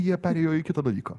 jie perėjo į kitą dalyką